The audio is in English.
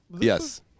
Yes